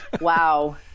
Wow